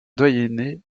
doyenné